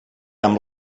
amb